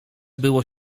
było